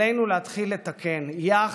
עלינו להתחיל לתקן יחד.